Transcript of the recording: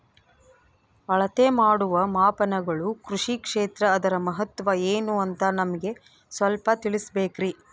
ಅಳತೆ ಮಾಡುವ ಮಾಪನಗಳು ಕೃಷಿ ಕ್ಷೇತ್ರ ಅದರ ಮಹತ್ವ ಏನು ಅಂತ ನಮಗೆ ಸ್ವಲ್ಪ ತಿಳಿಸಬೇಕ್ರಿ?